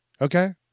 Okay